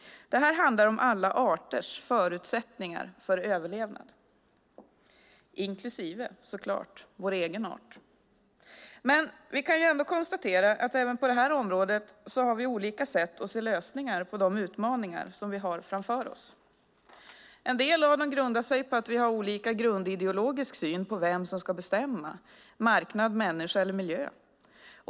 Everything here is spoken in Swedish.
Det här handlar om alla arters förutsättningar för överlevnad, inklusive vår egen art. Men vi kan ändå konstatera att även på det här området har vi olika sätt att se lösningar på de utmaningar som vi har framför oss. En av dem grundar sig på att vi har olika grundideologisk syn på vem som ska bestämma, marknad, människa eller miljö.